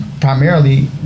Primarily